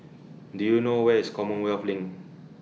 Do YOU know Where IS Commonwealth LINK